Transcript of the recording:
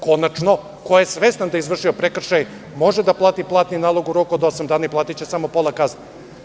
Konačno, ko je svestan da je izvršio prekršaj, može da plati platni nalog u roku od osam dana i platiće samo pola kazne.